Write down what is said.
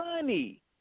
money